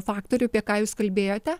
faktorių apie ką jūs kalbėjote